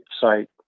site